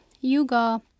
yoga